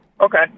Okay